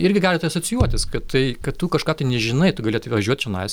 irgi galite asocijuotis kad tai kad tu kažką tai nežinai tu gali atvažiuot čionais